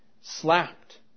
slapped